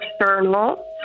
external